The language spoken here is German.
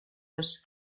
das